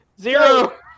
Zero